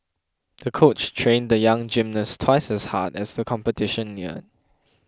the coach trained the young gymnast twice as hard as the competition neared